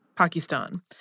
Pakistan